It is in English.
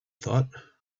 thought